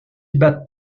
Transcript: battent